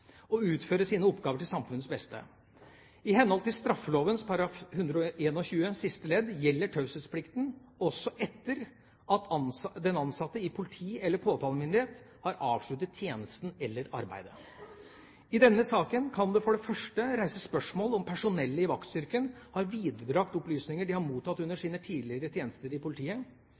utføre sine oppgaver til samfunnets beste. I henhold til straffeloven § 121 siste ledd gjelder taushetsplikten også etter at den ansatte i politi eller påtalemyndighet har avsluttet tjenesten eller arbeidet. I denne saken kan det for det første reises spørsmål om personellet i vaktstyrken har viderebrakt opplysninger de har mottatt under sine tidligere tjenester i politiet.